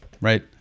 right